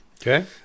Okay